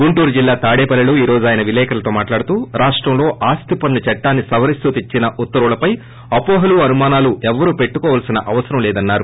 గుంటూర్ జిల్లా తాడేపల్లిలో ఈ రోజు ఆయన విలేకరులతో మాట్లాడుతూ రాష్టంలో ఆస్తి పన్ను చట్టాన్ని సవరిస్తూ తెచ్చిన ఉత్తర్వులపై అవోహాలు అనుమానాలు ఎవరూ పెట్టుకోవాల్సీన అవసరం లేదని అన్నారు